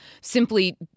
simply